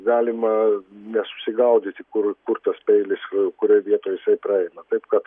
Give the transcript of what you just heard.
galima nesusigaudyti kur kur tas peilis kurioj vietoj jisai praeina taip kad